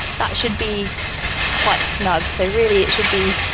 that should be quite snug. so really it should be